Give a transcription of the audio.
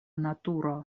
naturo